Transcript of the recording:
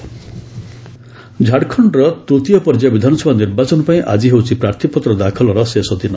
Jharkhand election ଝାଡ଼ଖଣ୍ଡର ତୂତୀୟ ପର୍ଯ୍ୟାୟ ବିଧାନସଭା ନିର୍ବାଚନ ପାଇଁ ଆକି ହେଉଛି ପ୍ରାର୍ଥୀପତ୍ର ଦାଖଲର ଶେଷ ଦିନ